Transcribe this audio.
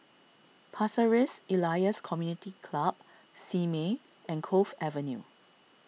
Pasir Ris Elias Community Club Simei and Cove Avenue